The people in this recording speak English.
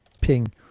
Ping